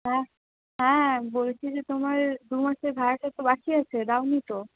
হ্যাঁ হ্যাঁ বলছি যে তোমার দুমাসের ভাড়াটা তো বাকি আছে দাওনি তো